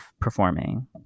performing